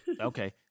okay